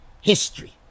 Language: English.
history